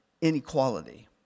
inequality